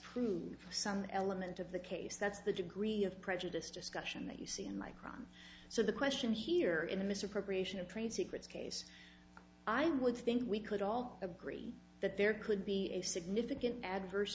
prove some element of the case that's the degree of prejudice discussion that you see in micron so the question here in a misappropriation of trade secrets case i would think we could all agree that there could be a significant adverse